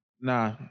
nah